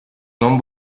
non